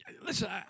listen